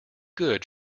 good